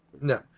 No